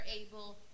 able